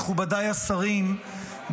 מכובדיי השרים,